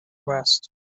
west